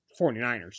49ers